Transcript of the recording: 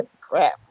crap